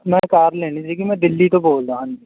ਮੈਂ ਕਾਰ ਲੈਣੀ ਸੀਗੀ ਮੈਂ ਦਿੱਲੀ ਤੋਂ ਬੋਲਦਾ ਹਾਂਜੀ